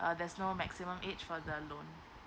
uh there's no maximum age for loan